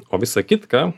o visa kitka